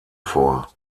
vor